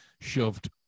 shoved